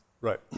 Right